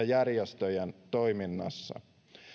järjestöjen toiminnassa